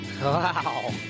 Wow